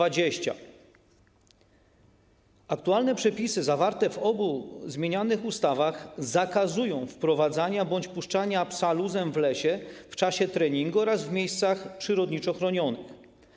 Aktualne przepisy zawarte w obu zmienianych ustawach zakazują wprowadzania bądź puszczania psa luzem w czasie treningu w lesie oraz w miejscach przyrodniczo chronionych.